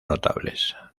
notables